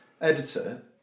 editor